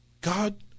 God